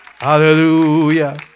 Hallelujah